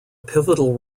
pivotal